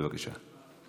בבקשה.